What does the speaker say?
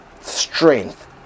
strength